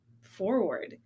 forward